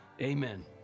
amen